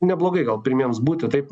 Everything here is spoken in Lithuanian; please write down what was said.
neblogai gal pirmiems būti taip